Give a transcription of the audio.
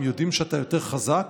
הם יודעים שאתה יותר חזק,